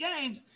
games